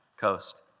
coast